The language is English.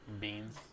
Beans